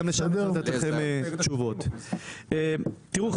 תראו,